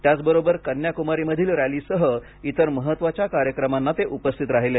त्याचबरोबर कन्याकुमारीमधील रॅलीसह इतर महत्त्वाच्या कार्यक्रमांना ते उपस्थित राहिले